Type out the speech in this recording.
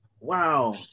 wow